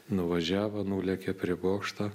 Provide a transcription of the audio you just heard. nuvažiavo nulėkė prie bokšto